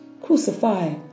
Crucify